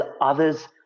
others